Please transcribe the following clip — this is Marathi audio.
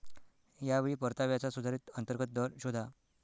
या वेळी परताव्याचा सुधारित अंतर्गत दर शोधा